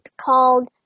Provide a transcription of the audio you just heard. called